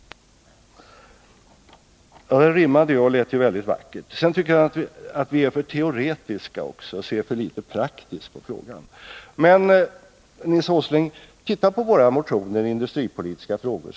Det rimmade och lät väldigt vackert. Sedan tycker han att vi är för teoretiska och ser för litet praktiskt på frågan. Men, Nils Åsling, titta på våra motioner i industripolitiska frågor!